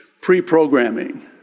pre-programming